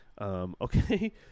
Okay